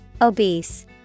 obese